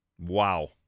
Wow